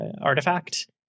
Artifact